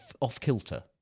off-kilter